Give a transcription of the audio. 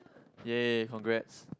ya congrats